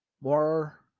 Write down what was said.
more